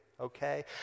okay